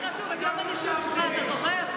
הכי חשוב, את יום הנישואין שלך אתה זוכר?